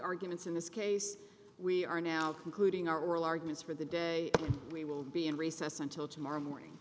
arguments in this case we are now concluding our oral arguments for the day we will be in recess until tomorrow morning